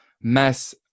mass